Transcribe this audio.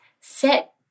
set